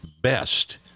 best